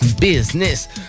Business